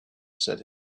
said